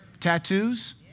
Tattoos